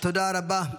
תודה רבה,